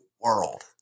world